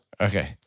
Okay